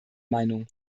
meinung